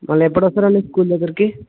మళ్ళీ ఎప్పుడు వస్తారండి స్కూల్ దగ్గరకి